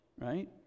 right